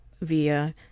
via